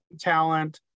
talent